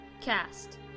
Cast